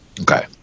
Okay